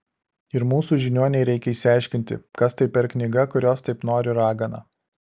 ir mūsų žiniuonei reikia išsiaiškinti kas tai per knyga kurios taip nori ragana